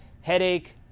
headache